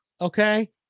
okay